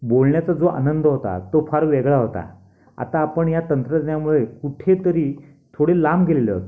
बोलण्याचा जो आनंद होता तो फार वेगळा होता आता आपण या तंत्रज्ञामुळे कुठेतरी थोडे लांब गेलेलोत